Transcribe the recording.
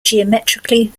geometrically